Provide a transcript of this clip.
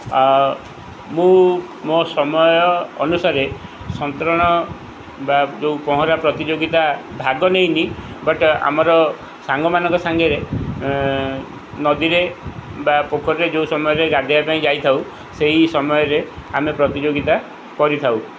ମୁଁ ମୋ ସମୟ ଅନୁସାରେ ସନ୍ତରଣ ବା ଯେଉଁ ପହଁରା ପ୍ରତିଯୋଗିତା ଭାଗ ନେଇନି ବଟ୍ ଆମର ସାଙ୍ଗମାନଙ୍କ ସାଙ୍ଗରେ ନଦୀରେ ବା ପୋଖରୀରେ ଯେଉଁ ସମୟରେ ଗାଧୋଇବା ପାଇଁ ଯାଇଥାଉ ସେହି ସମୟରେ ଆମେ ପ୍ରତିଯୋଗିତା କରିଥାଉ